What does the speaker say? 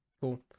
Cool